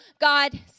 God